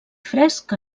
fresc